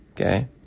Okay